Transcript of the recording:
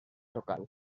local